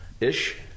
ish